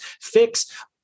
fix